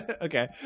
Okay